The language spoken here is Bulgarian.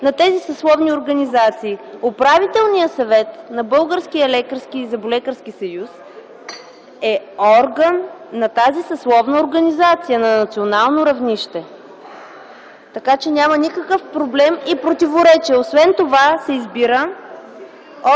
на тези съсловни организации. Управителният съвет на Българския лекарски съюз и на Българския зъболекарски съюз е орган на тази съсловна организация на национално равнище. Така че няма никакъв проблем и противоречие. Освен това се избира от